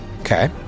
Okay